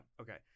Okay